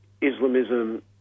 Islamism